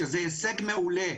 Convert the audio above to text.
שזה הישג מעולה.